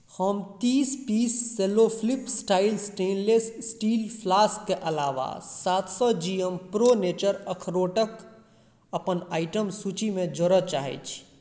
हम तीस piece Cello flip style stainless steel फ्लास्कके अलावा सात सए जी एम प्रो नेचर अखरोटक अपन आइटम सूचीमे जोड़ऽ चाहैत छी